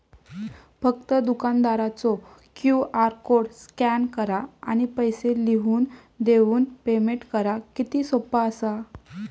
फक्त दुकानदारचो QR code scan करा आणि पैसे लिहून देऊन पेमेंट करा किती सोपा असा